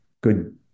good